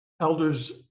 elders